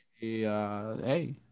hey